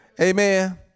Amen